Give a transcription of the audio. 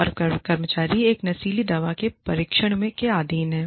और कर्मचारी एक नशीली दवा के परीक्षण के अधीन है